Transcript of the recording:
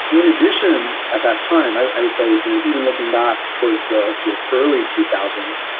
in addition at that time, i would say even looking back towards the sort of early two thousand s,